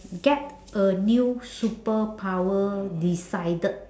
get a new superpower decided